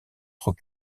trop